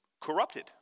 corrupted